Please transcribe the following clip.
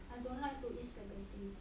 I don't like to eat spaghettis